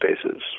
spaces